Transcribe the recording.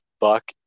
buck